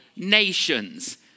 nations